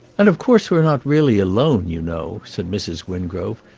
and of course we're not really alone, you know, said mrs. wingrove.